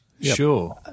Sure